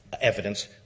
evidence